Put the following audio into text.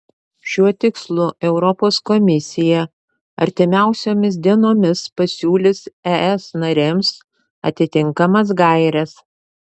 šiuo tikslu europos komisija artimiausiomis dienomis pasiūlys es narėms atitinkamas gaires